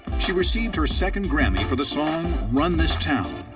she received her second grammy for the song run this town,